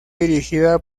dirigida